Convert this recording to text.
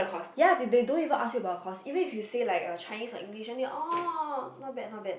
ya they they don't even ask you about your course even if you say like uh Chinese or English then they will say orh not bad not bad